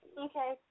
Okay